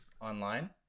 online